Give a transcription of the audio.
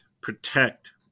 protect